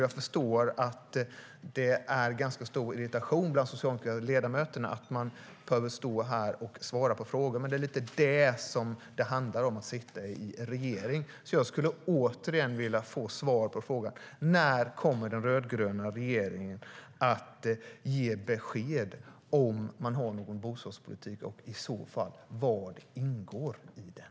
Jag förstår att det finns en ganska stor irritation bland de socialdemokratiska ledamöterna över att behöva stå här och svara på frågor, men det är lite grann vad det handlar om att sitta i regeringsställning. Jag skulle därför, återigen, vilja få svar på frågan när den rödgröna regeringen kommer att ge besked om huruvida man har någon bostadspolitik och i så fall vad som ingår i den.